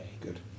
Good